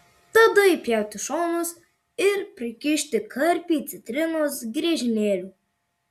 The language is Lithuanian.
tada įpjauti šonus ir prikišti karpį citrinos griežinėlių